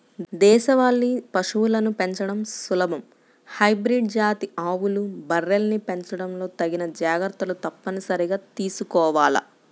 దేశవాళీ పశువులను పెంచడం సులభం, హైబ్రిడ్ జాతి ఆవులు, బర్రెల్ని పెంచడంలో తగిన జాగర్తలు తప్పనిసరిగా తీసుకోవాల